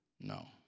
No